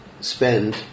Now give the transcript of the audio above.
spend